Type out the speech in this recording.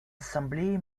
ассамблеи